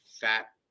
fat